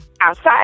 outside